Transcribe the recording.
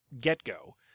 get-go